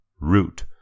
Root